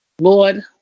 Lord